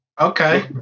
Okay